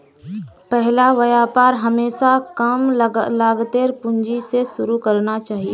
पहला व्यापार हमेशा कम लागतेर पूंजी स शुरू करना चाहिए